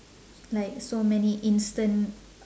like so many instant